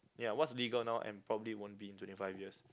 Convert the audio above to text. yeah what's legal now and probably won't be in twenty five years